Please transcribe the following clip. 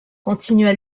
continua